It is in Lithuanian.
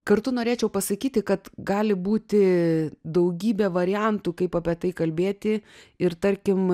kartu norėčiau pasakyti kad gali būti daugybė variantų kaip apie tai kalbėti ir tarkim